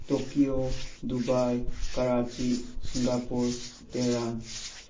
Tokyo Dubai Karachi Singapore Tehran